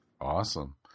Awesome